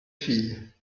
filles